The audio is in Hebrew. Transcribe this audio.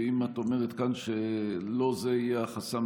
ואם את אומרת כאן שלא זה יהיה החסם,